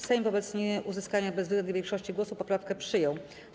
Sejm wobec nieuzyskania bezwzględnej większości głosów poprawkę przyjął.